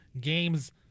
games